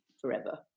forever